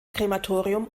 krematorium